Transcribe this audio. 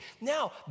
Now